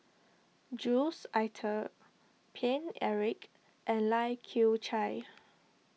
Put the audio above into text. Jules Itier Paine Eric and Lai Kew Chai